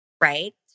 right